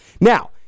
now